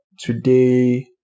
today